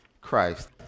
Christ